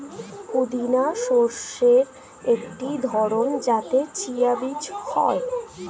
পুদিনা শস্যের একটি ধরন যাতে চিয়া বীজ হয়